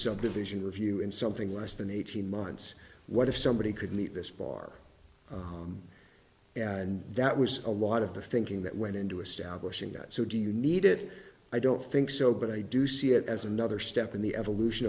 subdivision review and something less than eighteen months what if somebody could meet this bar and that was a lot of the thinking that went into establishing that so do you need it i don't think so but i do see it as another step in the evolution